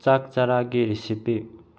ꯆꯥꯛ ꯆꯔꯥꯒꯤ ꯔꯤꯁꯤꯄꯤ